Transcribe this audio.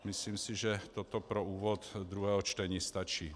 Myslím si, že toto pro úvod druhého čtení stačí.